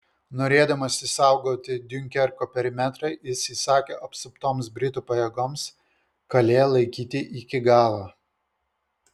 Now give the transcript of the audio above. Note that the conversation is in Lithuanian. norėdamas išsaugoti diunkerko perimetrą jis įsakė apsuptoms britų pajėgoms kalė laikyti iki galo